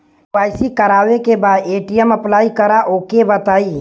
KYC करावे के बा ए.टी.एम अप्लाई करा ओके बताई?